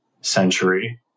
century